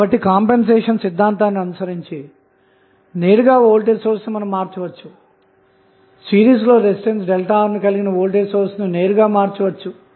కాబట్టి కంపెన్సెషన్ సిద్ధాంతాన్ని అనుసరించి నేరుగా వోల్టేజ్ సోర్స్ ను మార్చవచ్చు సిరీస్ లో రెసిస్టెన్స్ ΔR ను కలిగిన వోల్టేజ్ సోర్స్ ను నేరుగా మార్చవచ్చు